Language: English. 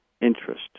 interest